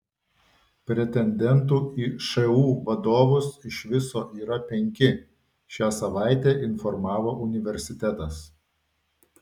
pretendentų į šu vadovus iš viso yra penki šią savaitę informavo universitetas